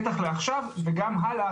בטח לעכשיו וגם הלאה,